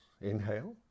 inhale